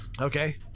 okay